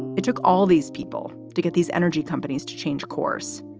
it took all these people to get these energy companies to change course.